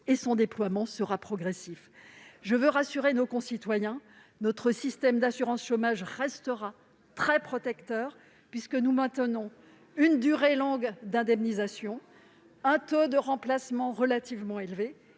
et son déploiement sera progressif. Je veux rassurer nos concitoyens : notre système d'assurance chômage restera très protecteur, puisque nous maintenons une durée longue d'indemnisation, un taux de remplacement relativement élevé